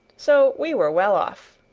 so we were well off.